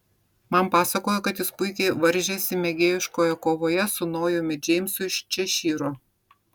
man pasakojo kad jis puikiai varžėsi mėgėjiškoje kovoje su nojumi džeimsu iš češyro